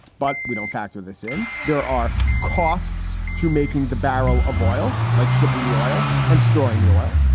but we don't factor this in. there are costs to making the barrel of oil like shipping the oil and storing the oil.